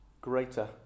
greater